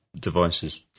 devices